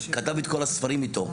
כתב את כל הספרים איתו,